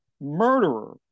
murderer